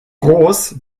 groß